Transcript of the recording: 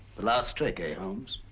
the last trick, hey holmes?